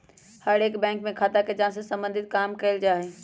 हर एक बैंक में खाता के जांच से सम्बन्धित काम कइल जा हई